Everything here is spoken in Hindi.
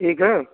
ठीक है